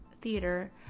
theater